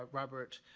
ah robert